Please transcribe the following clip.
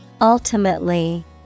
Ultimately